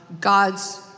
God's